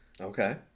Okay